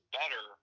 better